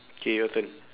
K your turn